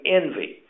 envy